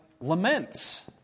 laments